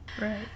Right